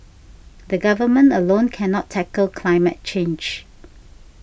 the Government alone cannot tackle climate change